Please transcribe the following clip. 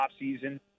offseason